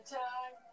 time